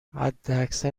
حداکثر